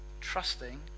trusting